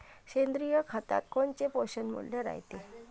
सेंद्रिय खतात कोनचे पोषनमूल्य रायते?